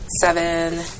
seven